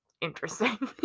interesting